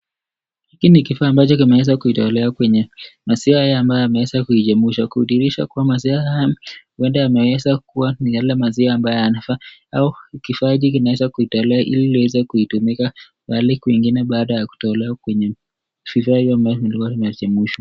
Hiki ni kifaa ambacho kimetolewa kwenye maziwa ambayo inachemshwa kuidhinisha kuwa maziwa haya uenda imeeza kuwa ni maziwa yale yanafaa au kifaa hiki linaweza kutolewa hili kuwekwa kwenye vifaa ambavyo vimechemshwa .